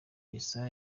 yesaya